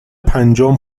پنجم